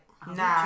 Nah